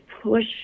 push